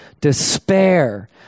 despair